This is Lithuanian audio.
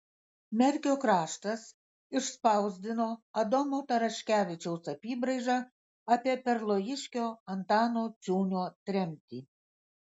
merkio kraštas išspausdino adomo taraškevičiaus apybraižą apie perlojiškio antano ciūnio tremtį